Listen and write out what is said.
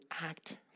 act